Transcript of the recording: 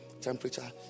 temperature